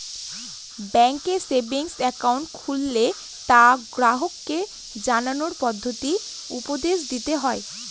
ব্যাঙ্কে savings account খুললে তা গ্রাহককে জানানোর পদ্ধতি উপদেশ দিতে হয়